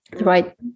right